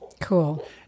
Cool